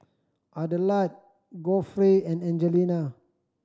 Adelard Godfrey and Angelina